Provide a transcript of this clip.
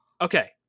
okay